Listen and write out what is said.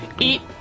eat